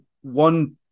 one